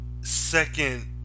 Second